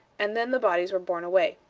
and then the bodies were borne away.